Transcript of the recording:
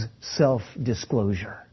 self-disclosure